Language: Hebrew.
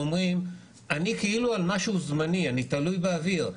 מבינים שהם על משהו זמני והם תלויים באוויר.